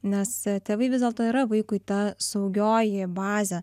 nes tėvai vis dėlto yra vaikui ta saugioji bazė